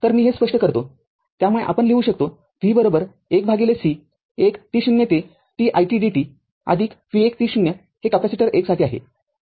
तरहे मी स्पष्ट करतो त्यामुळे आपण लिहू शकतो v १ C १ t0 ते t it dt v१ t0 हे कॅपेसिटर १ साठी आहे